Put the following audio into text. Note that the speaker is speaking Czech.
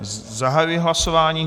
Zahajuji hlasování.